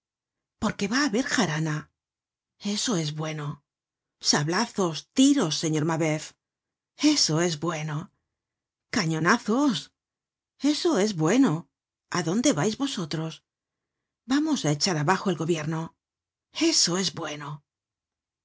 porque va á haber jarana eso es bueno sablazos tiros señormabeuf eso es bueno cañonazos eso es bueno a dónde vais vosotros vamos á echar abajo el gobierno eso es bueno